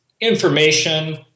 information